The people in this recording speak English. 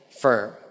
firm